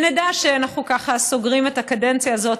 כדי שנדע שאנחנו ככה סוגרים את הקדנציה הזאת